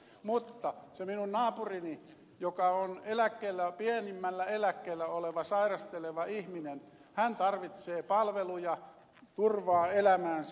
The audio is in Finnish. mutta se minun naapurini joka on pienimmällä eläkkeellä oleva sairasteleva ihminen tarvitsee palveluja turvaa elämäänsä